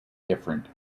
different